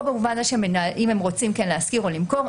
או שאם הם רוצים להשכיר או למכור,